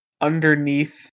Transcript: underneath